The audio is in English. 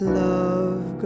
love